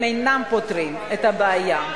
הם אינם פותרים את הבעיה.